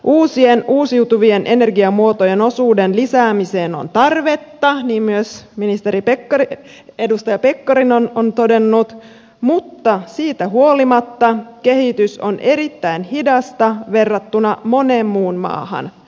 uusien uusiutuvien energiamuotojen osuuden lisäämiseen on tarvetta niin myös edustaja pekkarinen on todennut mutta siitä huolimatta kehitys on erittäin hidasta verrattuna moneen muuhun maahan